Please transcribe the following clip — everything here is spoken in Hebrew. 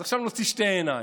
אז עכשיו נוציא שתי עיניים.